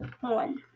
one